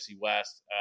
West